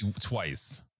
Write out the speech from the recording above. twice